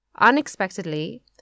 Unexpectedly